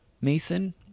mason